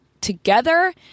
together